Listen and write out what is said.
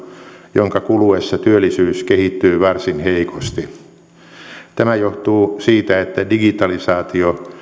jonka kuluessa työllisyys kehittyy varsin heikosti tämä johtuu siitä että digitalisaatio